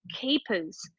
keepers